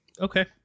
Okay